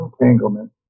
entanglement